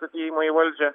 atėjimą į valdžią